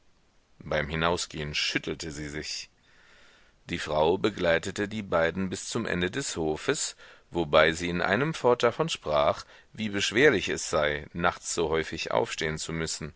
beim hinausgehen schüttelte sie sich die frau begleitete die beiden bis zum ende des hofes wobei sie in einem fort davon sprach wie beschwerlich es sei nachts so häufig aufstehen zu müssen